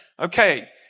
Okay